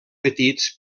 petits